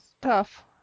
tough